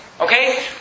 Okay